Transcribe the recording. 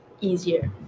easier